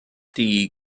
die